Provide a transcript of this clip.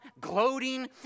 gloating